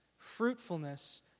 fruitfulness